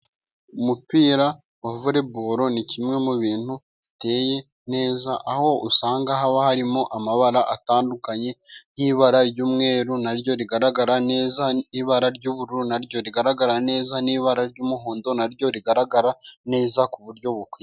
Umupira wa vore boro ni kimwe mu bintu biteye neza, aho usanga haba harimo amabara atandukanye: nk'ibara ry'umweru naryo rigaragara neza, ibara ry'ubururu naryo rigaragara neza ,n'ibara ry'umuhondo naryo rigaragara neza ku buryo bukwiye.